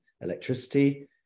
electricity